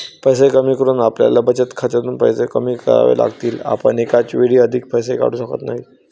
पैसे कमी करून आपल्याला बचत खात्यातून पैसे कमी करावे लागतील, आपण एकाच वेळी अधिक पैसे काढू शकत नाही